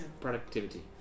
Productivity